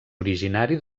originari